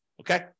okay